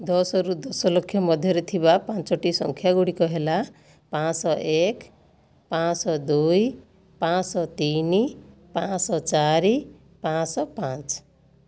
ଦଶରୁ ଦଶଲକ୍ଷ ମଧ୍ୟରେ ଥିବା ପାଞ୍ଚଟି ସଂଖ୍ୟାଗୁଡ଼ିକ ହେଲା ପାଞ୍ଚଶହ ଏକ ପାଞ୍ଚଶହ ଦୁଇ ପାଞ୍ଚଶହ ତିନି ପାଞ୍ଚଶହ ଚାରି ପାଞ୍ଚଶହ ପାଞ୍ଚ